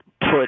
put